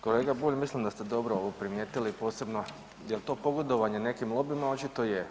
Kolega Bulj mislim da ste dobro ovo primijetili posebno jel to pogodovanje nekim lobijima očito je.